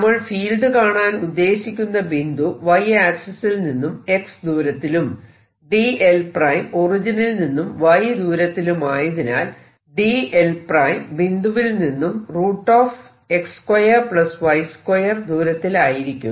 നമ്മൾ ഫീൽഡ് കാണാൻ ഉദ്ദേശിക്കുന്ന ബിന്ദു Y ആക്സിസിൽ നിന്നും x ദൂരത്തിലും dl′ ഒറിജിനിൽ നിന്നും y ദൂരത്തിലുമായതിനാൽ dl′ ബിന്ദുവിൽ നിന്നും x2 y2 ദൂരത്തിലായിരിക്കും